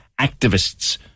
activists